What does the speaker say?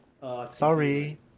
Sorry